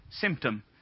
symptom